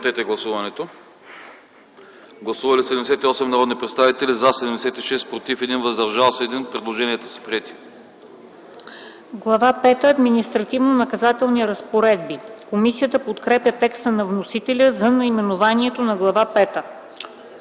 пета - Административнонаказателни разпоредби”. Комисията подкрепя текста на вносителя за наименованието на Глава